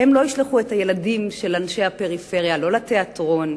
הם לא ישלחו את הילדים של אנשי הפריפריה לא לתיאטרון,